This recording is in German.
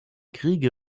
kriege